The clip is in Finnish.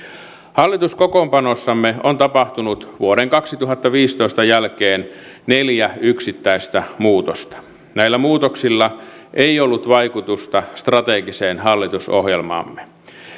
hallituskokoonpanossamme on tapahtunut vuoden kaksituhattaviisitoista jälkeen neljä yksittäistä muutosta näillä muutoksilla ei ollut vaikutusta strategiseen hallitusohjelmaamme